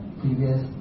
previous